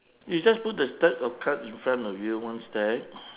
you just put the stack of card in front of you one stack